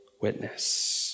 witness